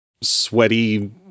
sweaty